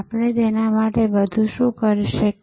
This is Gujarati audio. આપણે તેમના માટે વધુ શું કરી શકીએ